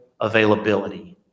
Availability